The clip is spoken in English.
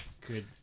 Good